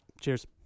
Cheers